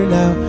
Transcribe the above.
now